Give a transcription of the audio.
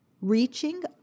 Reaching